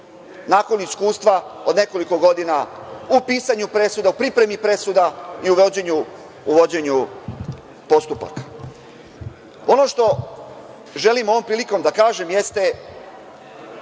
nakon iskustva od nekoliko godina u pisanju presuda, pripremi presuda i u vođenju postupaka. Ono što želim ovom prilikom da kažem jeste